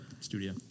studio